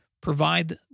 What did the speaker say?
provide